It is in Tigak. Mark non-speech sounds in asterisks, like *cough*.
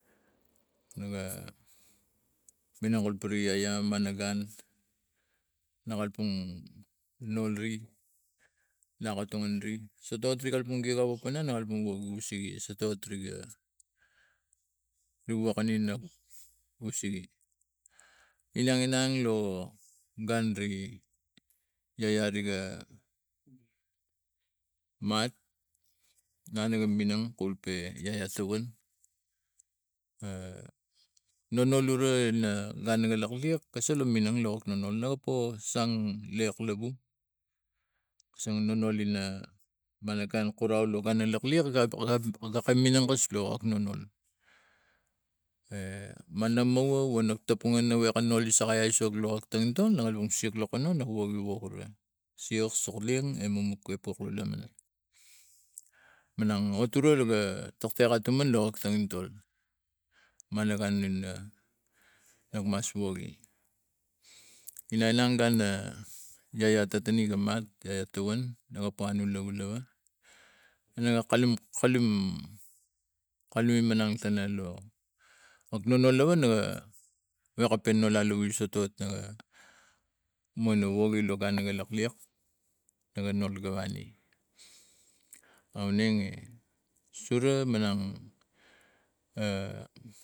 No minang kul pine yaya mana gun no kalapang *unintelligible* wo sege inang lo gun ri yaya riga mat na ne ga minang kulpe yaya tawan e na no ura na nan niga lok liak ga solo mineng lana gapo song lek lovu ga so nono ina malagan *unintelligible* e mana movu vanok tapungan awek ano sakai aisok tangintol na kalapang siak lokono noge wok guna siak sokeliang *unintelligible* yaya tatani ga mat a tawan *unintelligible* kalum kalume kalume minang tano lo nonoll lava na wegape nan sotot mono woge ga gun iga lak liak naga noli ga vane aunege surea manang.